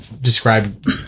describe